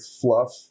fluff